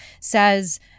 says